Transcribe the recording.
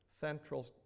central